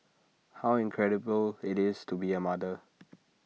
how incredible IT is to be A mother